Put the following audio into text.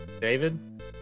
David